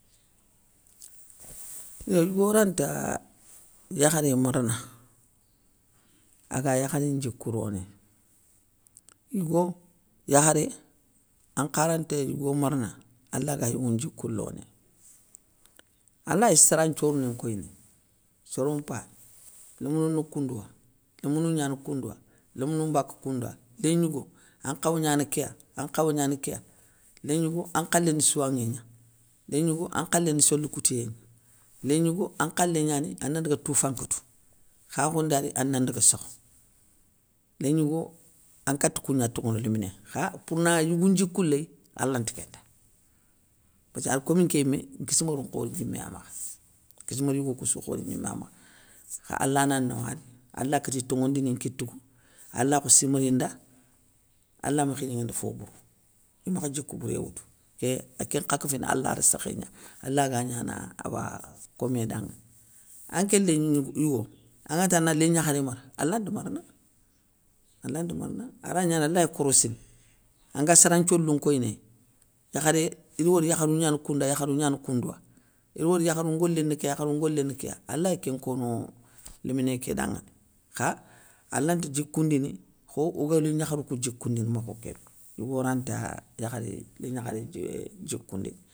Yo yigo ranta yakharé marana, aga yakhari ndjikou ronéy, yigo, yakharé ankha ranta yigo marana alaga yigou ndjikou lonéy. Alay sara nthiorouni nkoy néy, soro mpayi, lémounou koundouwa, lémounou gnana koundouya, lémounou mbaka koundoua, lén gnigo, ankhaw gnana kéya ankhaw gnana kéya, lén gnigo an nkhalé ni souwanŋé gna, lén gnigo an nkhalé ni soli koutiyé gna, lén gnigo an khalé gnani ana daga toufa nkotou, khakho nda ri ana ndaga sokho, lén gnigo ankata kougna tonŋono léminénŋa. Kha pour na yigou ndjikou léy, alanta kén nda, pésskeu ay khomi nké yimé nkissmérou nkhori gnimé ya makha, nkiss mér yigou koussou khori gnima makha, kha allah na nawari alakati tonŋondini nkitou kou allah khossi mari nda, allah makhi gnaŋinda fo bourou. Imakha djikou bouré woutou, ké kén nkha kéfini allah arssékhé gna, allah ga gnana awa komé danŋa. Anké lén yigo anganati ana lén gnakharé mara alanta marana, alanta marana, aray gnana alay korossini, anga sara nthiolou nkoyinéy, yakharé, idi wori yakharou na gnana kounda yakharou gnana kounda, iri wori yakharou ngolé ni kéya yakharou ngolé ni kéya, alay kén nkono léminé ké danŋa dé, kha alante djikoundini, kho oga lén gnakharou djikoundini mokho kébé, yigo ranta yakharé lén gnakharé euhhh djikoundini.